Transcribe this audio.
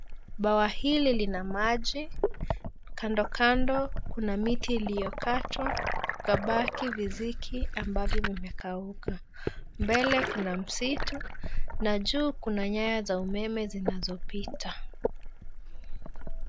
Bwawa hili lina maji, kando kando kuna miti ilio katwa kukabaki viziki ambavyo vimekauka mbele kuna msitu na juu kuna nyaya za umeme zinazopita.